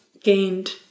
gained